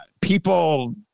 people